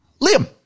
Liam